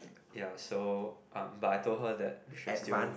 ya so um but I told her that we should still